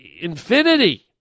infinity